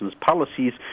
policies